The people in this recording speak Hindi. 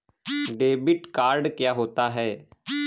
डेबिट कार्ड क्या होता है?